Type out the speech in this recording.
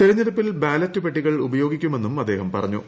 തെരഞ്ഞെടുപ്പിൽ ബാലറ്റ് പെട്ടികൾ ഉപയോഗിക്കുമെന്നും അദ്ദേഹം പറഞ്ഞു